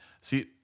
see